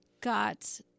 got